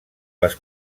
les